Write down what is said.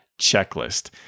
checklist